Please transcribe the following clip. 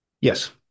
yes